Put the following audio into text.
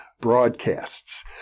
broadcasts